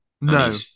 No